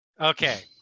Okay